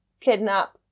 kidnap